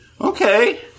Okay